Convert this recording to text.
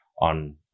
on